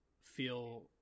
feel